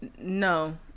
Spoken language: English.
No